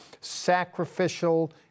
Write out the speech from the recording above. sacrificial